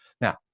Now